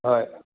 হয়